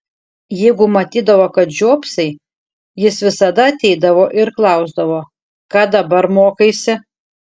jeigu matydavo kad žiopsai jis visada ateidavo ir klausdavo ką dabar mokaisi